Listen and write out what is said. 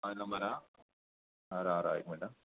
आं नंबर आसा राव राव एक मिनट हां